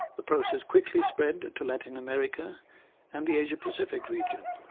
the process quickly spread to latin america and the asia-pacific region.